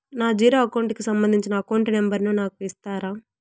నా zero account కి సంబంధించి అకౌంట్ నెంబర్ ను నాకు ఇస్తారా